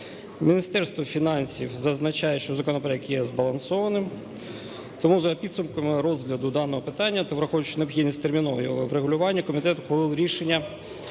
Міністерство фінансів зазначає, що законопроект є збалансованим. Тому за підсумками розгляду даного питання та враховуючи необхідність термінового його врегулювання комітет, ухвалив рішення